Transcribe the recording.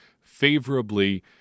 favorably